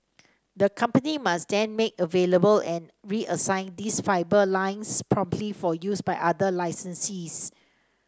the company must then make available and reassign these fibre lines promptly for use by other licensees